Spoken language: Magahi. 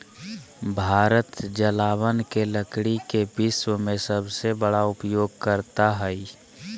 भारत जलावन के लकड़ी के विश्व में सबसे बड़ा उपयोगकर्ता हइ